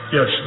Yes